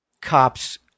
cops